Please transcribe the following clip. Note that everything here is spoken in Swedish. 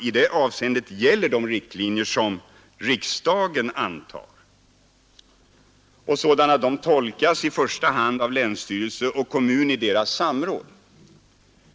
I det senare avseendet gäller de riktlinjer som riksdagen antar, sådana de tolkas i första hand av länsstyrelse och kommun i samråd.